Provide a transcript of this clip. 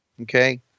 Okay